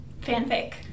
Fanfic